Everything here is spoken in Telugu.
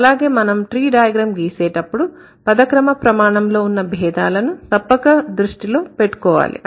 అలాగే మనం ట్రీ డయాగ్రమ్ గీసేటప్పుడు పద క్రమ ప్రమాణంలో ఉన్న భేదాలను తప్పక దృష్టిలో పెట్టుకోవాలి